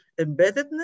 embeddedness